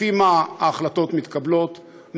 לפי מה ההחלטות מתקבלות,